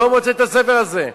לא מוצא את הספר הזה.